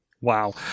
Wow